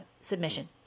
submission